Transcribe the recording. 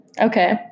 Okay